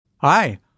Hi